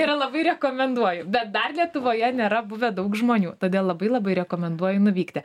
yra labai rekomenduoju bet dar lietuvoje nėra buvę daug žmonių todėl labai labai rekomenduoju nuvykti